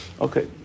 Okay